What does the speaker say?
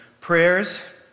prayers